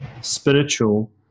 spiritual